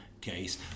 case